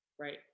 right